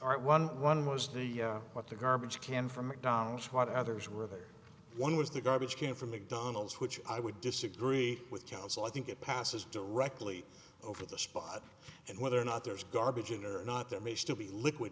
right one one was the what the garbage can from mcdonald's what others were there one was the garbage came from mcdonald's which i would disagree with counsel i think it passes directly over the spot and whether or not there's garbage in or not there may still be liquid